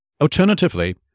Alternatively